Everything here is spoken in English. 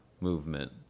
movement